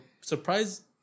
surprise